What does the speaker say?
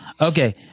okay